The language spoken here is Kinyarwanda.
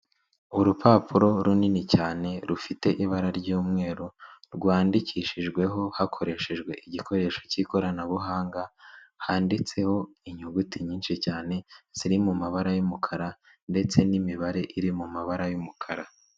Urupapuro runini cyane rufite ibara ry'umweru, rwandikishijweho hakoreshejwe igikoresho cy'ikoranabuhanga, handitseho inyuguti nyinshi cyane, ziri mu mabara y'umukara ndetse n'imibare iri mu mabara y'umukara.